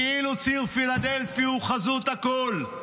כאילו ציר פילדלפי הוא חזות הכול,